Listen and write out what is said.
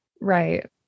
Right